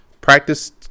practice